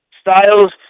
Styles